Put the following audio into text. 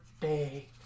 day